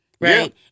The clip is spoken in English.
right